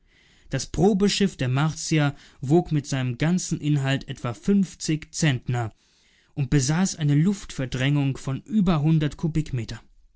das probeschiff der martier wog mit seinem ganzen inhalt etwa fünfzig zentner und besaß eine luftverdrängung von über hundert